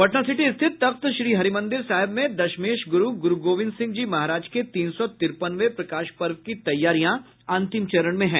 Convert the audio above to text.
Patna city स्थित तख्त श्रीहरि मंदिर साहिब में दशमेश गूरू गूरू गोविंद सिंह जी महाराज के तीन सौ तिरपनवें प्रकाश पर्व की तैयारियां अंतिम चरण में है